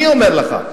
אני אומר לך,